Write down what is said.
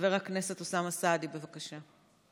חבר הכנסת אוסאמה סעדי, בבקשה.